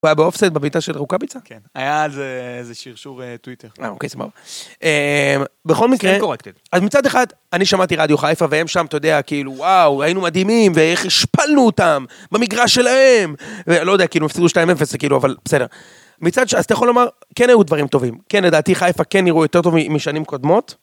הוא היה באופסייד בביתה של רוקאביצה? כן, היה איזה שירשור טוויטר. אה, אוקיי, סבבה. אממ בכל מקרה... אז מצד אחד, אני שמעתי רדיו חיפה, והם שם, אתה יודע, כאילו, וואו, היינו מדהימים, ואיך השפלנו אותם במגרש שלהם. ולא יודע, כאילו, הפסידו 2-0, כאילו, אבל בסדר. מצד ש... אז אתה יכול לומר, כן היו דברים טובים. כן, לדעתי, חיפה כן נראו יותר טוב משנים קודמות.